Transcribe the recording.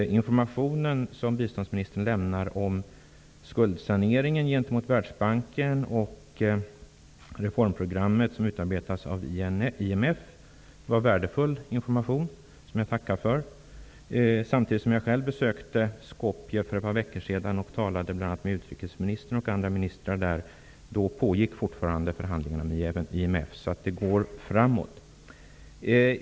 Informationen som biståndsministern lämnar om skuldsaneringen gentemot Världsbanken och reformprogrammet som utarbetas av IMF var värdefull information, som jag tackar för. Samtidigt som jag själv besökte Skopje för ett par veckor sedan och talade med bl.a. utrikesministern och andra ministrar pågick fortfarande förhandlingarna med IMF, så det går framåt.